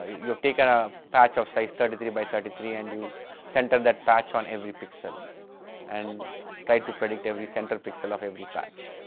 ah you have taken a patch of size thirty three by thirty three and you centre that patch on every pixel and try to predict every centre pixel of every patch.